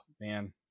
man